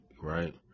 right